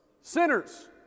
Sinners